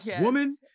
Woman